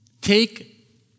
Take